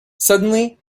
suddenly